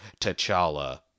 T'Challa